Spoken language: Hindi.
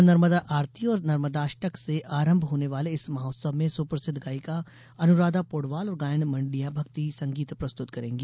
माँ नर्मदा आरती और नर्मदाष्टक से आरंभ होने वाले इस महोत्सव में सुप्रसिद्ध गायिका अनुराधा पौडवाल और गायन मण्डलियाँ भक्ति संगीत प्रस्तुत करेंगी